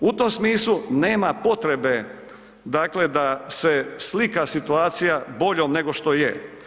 U tom smislu nema potrebe da se slika situacija boljom nego što je.